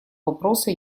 вопроса